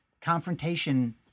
Confrontation